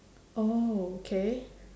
oh K